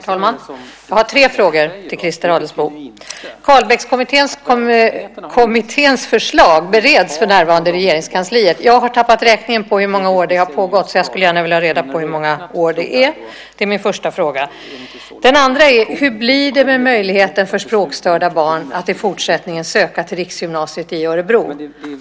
Herr talman! Jag har tre frågor till Christer Adelsbo. Carlbeckkommitténs förslag bereds för närvarande i Regeringskansliet. Jag har tappat räkningen på hur många år det har pågått. Jag skulle gärna vilja ha reda på hur många år det är. Det är min första fråga. Den andra är: Hur blir det med möjligheten för språkstörda barn att i fortsättningen söka till riksgymnasiet i Örebro?